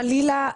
חלילה,